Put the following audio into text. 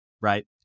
right